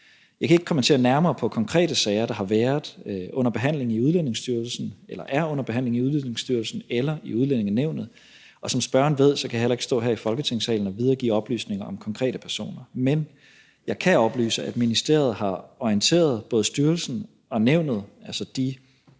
Jeg kan ikke kommentere nærmere på konkrete sager, der har været under behandling i Udlændingestyrelsen eller er under behandling i Udlændingestyrelsen eller i Udlændingenævnet, og som spørgeren ved, kan jeg heller ikke stå her i Folketingssalen og videregive oplysninger om konkrete personer. Men jeg kan oplyse, at ministeriet har orienteret både styrelsen og nævnet, altså dem,